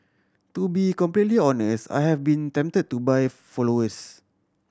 to be completely honest I have been tempted to buy followers